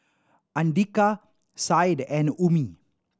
Andika Said and Ummi